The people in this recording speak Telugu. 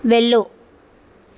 వెళ్ళు